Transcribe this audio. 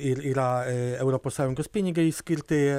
ir yra europos sąjungos pinigai skirti